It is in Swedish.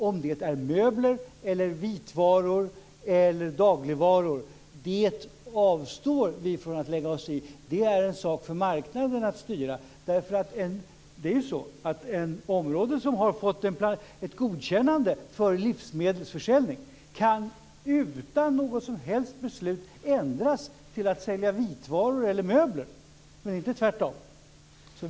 Om det blir möbler, vitvaror eller dagligvaror avstår vi från att lägga oss i. Det är en sak för marknaden att styra. Användningen av ett område som har fått ett godkännande för livsmedelsförsäljning kan utan något som helst beslut ändras till att avse försäljning av vitvaror eller möbler, men inte tvärtom.